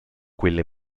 quelle